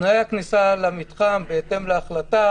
תנאי הכניסה למתחם: בהתאם להחלטה,